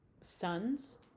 sons